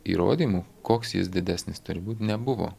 įrodymų koks jis didesnis turi būt nebuvo